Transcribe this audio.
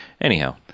Anyhow